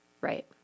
Right